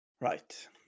Right